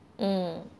mm